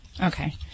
Okay